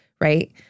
right